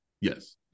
Yes